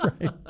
right